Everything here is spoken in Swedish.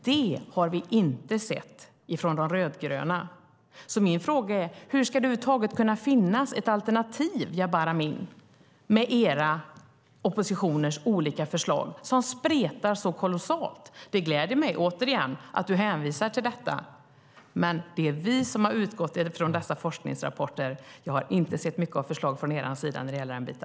Detta har vi inte sett från de rödgröna. Min fråga är: Hur ska det över huvud taget kunna finnas ett alternativ med oppositionens olika förslag som spretar så kolossalt? Det gläder mig återigen att du hänvisar till detta, men det är vi som har utgått från dessa forskningsrapporter. Jag har inte sett mycket av förslag från er sida när det gäller detta.